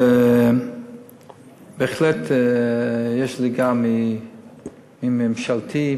בהחלט יש זליגה מהממשלתי,